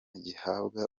gihabwa